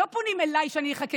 לא פונים אליי שאני אחכה,